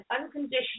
unconditional